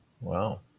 Wow